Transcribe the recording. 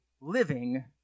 living